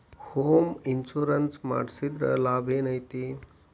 Home insurance ಮಡ್ಸಿದ್ರ ಲಾಭೆನೈತಿ?